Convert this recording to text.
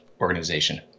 organization